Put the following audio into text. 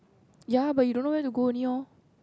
ya but you don't know where to go only lorh